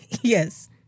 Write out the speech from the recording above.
yes